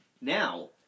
Now